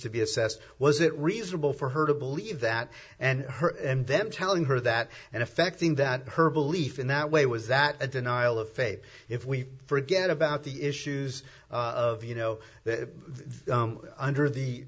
to be assessed was it reasonable for her to believe that and her and them telling her that and affecting that her belief in that way was that a denial of faith if we forget about the issues of you know under the